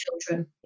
children